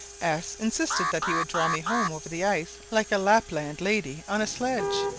s insisted that he would draw me home over the ice like a lapland lady on a sledge.